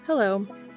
Hello